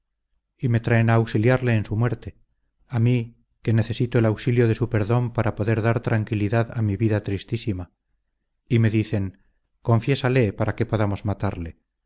y me traen a auxiliarle en su muerte a mí que necesito del auxilio de su perdón para poder dar tranquilidad a mi vida tristísima y me dicen confiésale para que podamos matarle